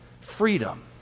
freedom